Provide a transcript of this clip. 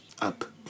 up